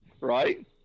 Right